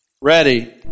Ready